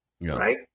right